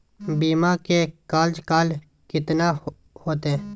बीमा के कार्यकाल कितना होते?